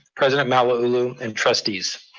president malauulu, and trustees.